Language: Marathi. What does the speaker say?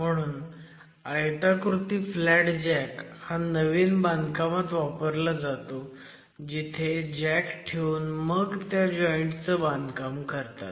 म्हणून आयताकृती फ्लॅट जॅक हा नवीन बांधकामात वापरला जातो जिथे जॅक ठेऊन मग त्या जॉईंट चं बांधकाम करतात